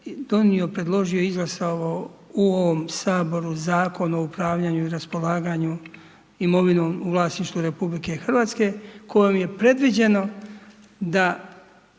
donio, predložio, izglasao u ovom Saboru Zakon o upravljanju i raspolaganju imovinom u vlasništvu RH kojom je predviđeno da